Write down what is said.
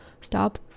stop